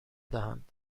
دهند